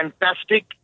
fantastic